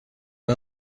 های